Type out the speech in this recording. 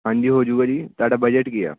ਹਾਂਜੀ ਹੋ ਜਾਊਗਾ ਜੀ ਤੁਹਾਡਾ ਬਜਟ ਕੀ ਆ